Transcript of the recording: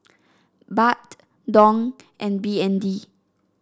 Baht Dong and B N D